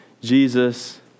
Jesus